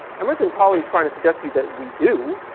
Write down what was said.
emerson probably is trying to suggest to you that we do,